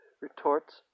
retorts